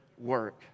work